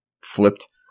flipped